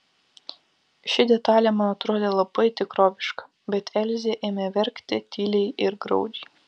ši detalė man atrodė labai tikroviška bet elzė ėmė verkti tyliai ir graudžiai